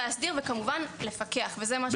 להסדיר וכמובן לפקח, וזה מה שרציתי להגיד.